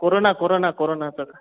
corona corona कोरोनाच